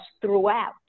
throughout